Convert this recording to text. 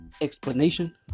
explanation